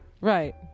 right